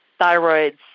thyroids